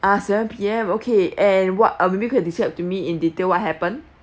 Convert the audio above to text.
ah seven P_M okay and what uh maybe you can describe to me in detail what happen